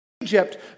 Egypt